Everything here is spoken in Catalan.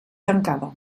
tancada